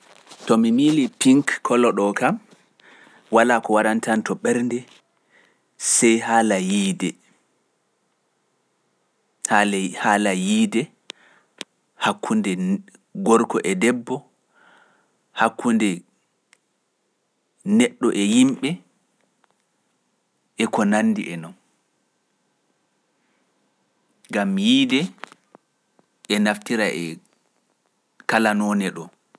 To mi miilii Pink kolo ɗoo kam, walaa ko warantanto ɓernde, sey haala yiide hakkunde gorko e debbo, hakkunde neɗɗo e yimɓe gam yiide e naftira kala none do e ko nanndi e non do.